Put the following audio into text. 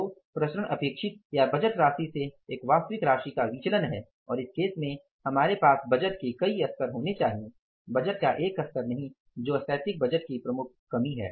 तो प्रसरण अपेक्षित या बजट राशि से एक वास्तविक राशि का विचलन है और इस केस में हमारे पास बजट के कई स्तर होने चाहिए बजट का एक स्तर नहीं जो स्थैतिक बजट की प्रमुख सीमा है